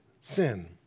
sin